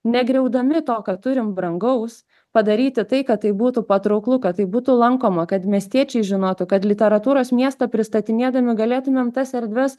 negriaudami to ką turim brangaus padaryti tai kad tai būtų patrauklu kad tai būtų lankoma kad miestiečiai žinotų kad literatūros miestą pristatinėdami galėtumėm tas erdves